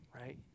right